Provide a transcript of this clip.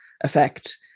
effect